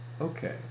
Okay